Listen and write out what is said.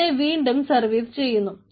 അതിനെ വീണ്ടും സർവീസ് ചെയ്യുന്നു